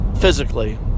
physically